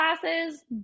classes